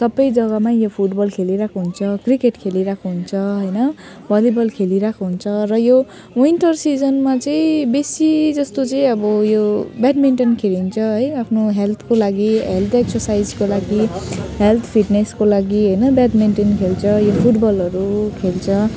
सबै जग्गामा यो फुटबल खेलिरहेको हुन्छ क्रिकेट खेलिरहेको हुन्छ होइन भलिबल खेलिरहेको हुन्छ र यो विन्टर सिजनमा चाहिँ बेसी जस्तो चाहिँ अब यो ब्याडमिन्टन खेलिन्छ है आफ्नो हेल्थको लागि हेल्थ एक्सरसाइजको लागि हेल्थ फिटनेसको लागि होइन ब्याडमिन्टन खेल्छ यो फुटबलहरू खेल्छ